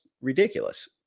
ridiculous